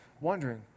wondering